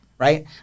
right